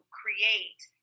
create